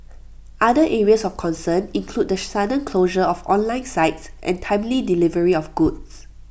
other areas of concern include the sudden closure of online sites and timely delivery of goods